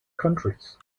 countries